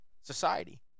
society